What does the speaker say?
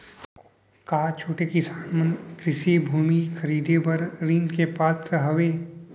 का छोटे किसान मन कृषि भूमि खरीदे बर ऋण के पात्र हवे?